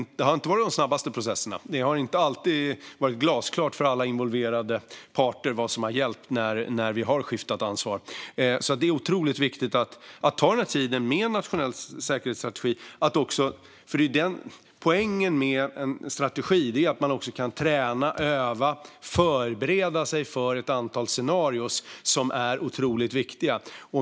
Det har inte varit de snabbaste processerna. Det har inte alltid varit glasklart för alla involverade parter vad som har gällt när vi har skiftat ansvar. Det är otroligt viktigt att ta den här tiden med nationell säkerhetsstrategi. Poängen med en strategi är att man också kan träna, öva och förbereda sig för ett antal scenarier, något som är otroligt viktigt.